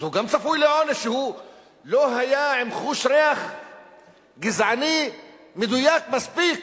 אז הוא גם צפוי לעונש שהוא לא היה עם חוש ריח גזעני מדויק מספיק